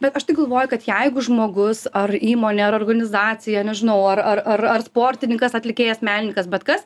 bet aš tai galvoju kad jeigu žmogus ar įmonė ar organizacija nežinau ar ar ar ar sportininkas atlikėjas menininkas bet kas